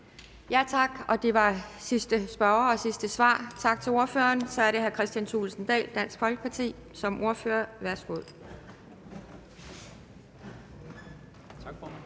Kjærsgaard): Det var sidste spørger og sidste svar. Tak til ordføreren. Så er det hr. Kristian Thulesen Dahl som ordfører for